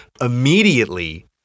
immediately